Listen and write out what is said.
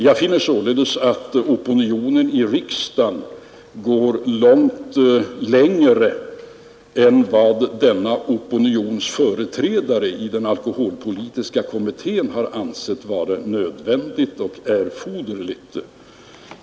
Jag finner således att opinionen i riksdagen går mycket längre än vad denna opinions företrädare i den alkoholpolitiska kommittén har ansett vara nödvändigt och erforderligt.